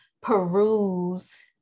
peruse